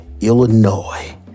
Illinois